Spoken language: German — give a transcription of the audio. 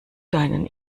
deinen